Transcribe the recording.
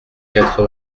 quatre